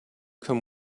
come